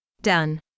Done